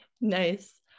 Nice